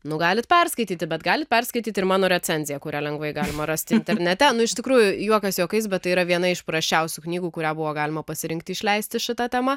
nu galit perskaityti bet gali perskaityti ir mano recenziją kurią lengvai galima rasti internete nu iš tikrųjų juokas juokais bet tai yra viena iš prasčiausių knygų kurią buvo galima pasirinkti išleisti šita tema